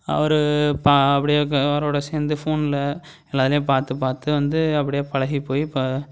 அவரு பா அப்படியே க அவரோட சேர்ந்து ஃபோன்ல எல்லாத்தையும் பார்த்து பார்த்து வந்து அப்படியே பழகி போய் இப்போ